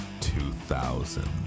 2000